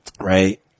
Right